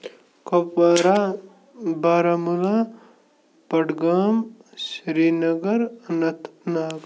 Kupwara Baramulla Budgam Srinagar Anant Nag